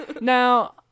Now